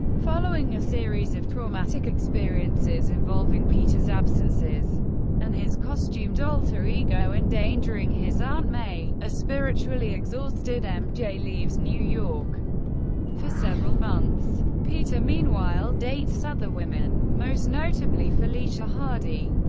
following a series of traumatic experiences involving peter's absences and his costumed alter ego endangering his aunt may, a spiritually exhausted mj leaves new york for several months. peter meanwhile dates other women, most notably felicia hardy.